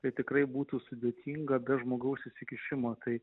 tai tikrai būtų sudėtinga be žmogaus įsikišimo tai